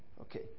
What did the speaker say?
Okay